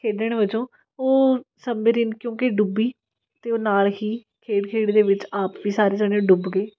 ਖੇਡਣ ਵਜੋਂ ਉਹ ਸੰਮਰੀਨ ਕਿਉਂਕਿ ਡੁੱਬੀ ਅਤੇ ਉਹ ਨਾਲ ਹੀ ਖੇਡ ਖੇਡ ਦੇ ਵਿੱਚ ਆਪ ਵੀ ਸਾਰੇ ਜਾਣੇ ਡੁੱਬ ਗਏ